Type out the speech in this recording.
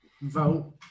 vote